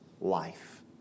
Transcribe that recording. life